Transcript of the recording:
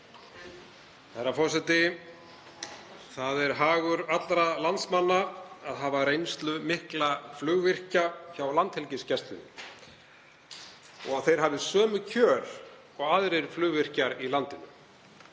Herra forseti. Það er hagur allra landsmanna að hafa reynslumikla flugvirkja hjá Landhelgisgæslunni og að þeir hafi sömu kjör og aðrir flugvirkjar í landinu.